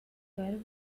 curved